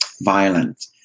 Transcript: violent